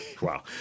Wow